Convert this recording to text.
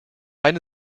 eine